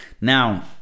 Now